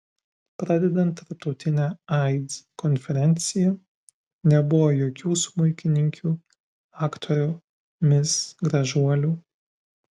pradedant tarptautine aids konferencija nebuvo jokių smuikininkių aktorių mis gražuolių